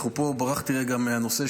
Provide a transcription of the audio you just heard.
ברחתי רגע מהנושא,